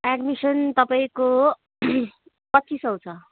admission तपाईँको पच्चिस सौ छ